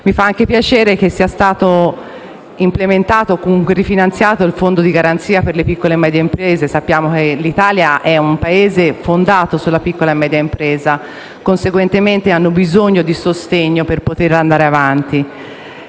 Mi fa altresì piacere che sia stato implementato o comunque rifinanziato il Fondo di garanzia per le piccole e medie imprese. Sappiamo che l'Italia è un Paese fondato sulla piccola e media impresa; conseguentemente esse hanno bisogno di sostegno per poter andare avanti.